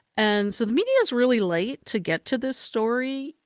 and so the media's really late to get to this story.